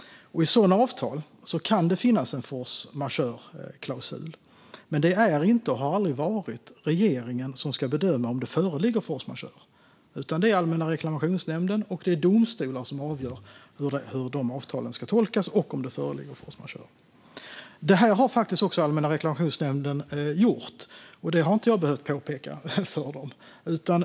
I sådana avtal kan det finnas en force majeure-klausul, men det är inte och har aldrig varit regeringen som ska bedöma om det föreligger force majeure. Det är i stället Allmänna reklamationsnämnden och domstolar som avgör hur de avtalen ska tolkas och om det föreligger force majeure. Detta har Allmänna reklamationsnämnden faktiskt också gjort, och det har jag inte behövt påpeka för dem.